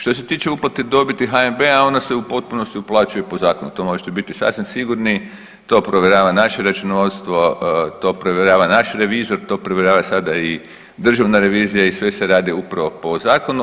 Što se tiče uplate dobiti HNB-a ona se u potpunosti uplaćuje po zakonu, to možete biti sasvim sigurni, to provjerava naše računovodstvo, to provjerava naš revizor, to provjerava sada i Državna revizija i sve se radi upravo po zakonu.